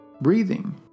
Breathing